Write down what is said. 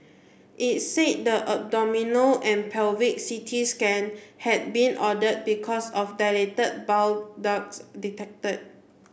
it said the abdominal and pelvic C T scan had been ordered because of dilated bile ducts detected